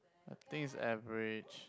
I think is average